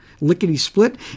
lickety-split